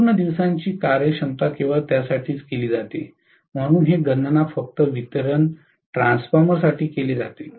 संपूर्ण दिवसांची कार्यक्षमता केवळ त्यासाठीच केली जाते म्हणून हे गणना फक्त वितरण ट्रान्सफॉर्मरसाठी केले जाते